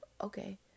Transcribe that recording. Okay